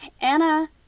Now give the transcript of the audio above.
Anna